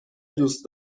دوست